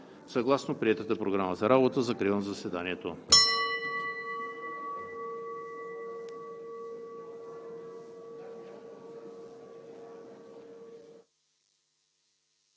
съгласно приетата Програма за работа. Закривам заседанието.